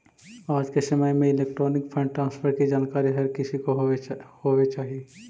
आज के समय में इलेक्ट्रॉनिक फंड ट्रांसफर की जानकारी हर किसी को होवे चाही